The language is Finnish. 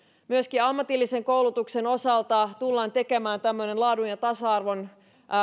myöskin ammatillisen koulutuksen osalta tullaan tekemään tämmöinen laadun ja tasa arvon